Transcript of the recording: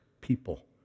people